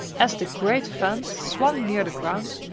as the great fans swung near the ground,